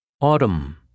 Autumn